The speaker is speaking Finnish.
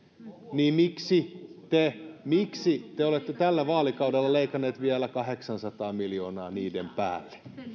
niin miksi te miksi te olette tällä vaalikaudella leikanneet vielä kahdeksansataa miljoonaa niiden päälle